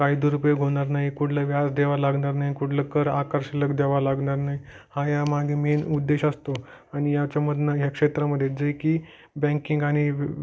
काही दुरुपयोग होणार नाही कुठलं व्याज देवा लागणार नाही कुठलं कर आकार शिल्लक द्यावं लागणार नाही हा या मागे मेन उद्देश असतो आणि याच्यामधनं या क्षेत्रामध्ये जे की बँकिंग आणि विव